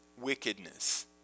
wickedness